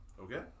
Okay